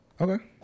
Okay